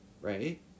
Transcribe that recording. Right